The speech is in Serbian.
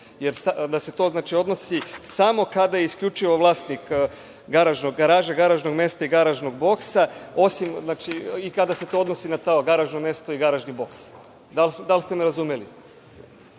Da se to odnosi samo kada je isključivo vlasnik garaže, garažnog mesta i garažnog boksa i kada se to odnosi na to garažno mesto i garažni boks. Da li ste me razumeli?